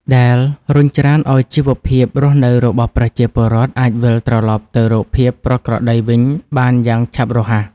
ដែលរុញច្រានឱ្យជីវភាពរស់នៅរបស់ប្រជាពលរដ្ឋអាចវិលត្រឡប់ទៅរកភាពប្រក្រតីវិញបានយ៉ាងឆាប់រហ័ស។